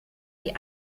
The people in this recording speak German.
die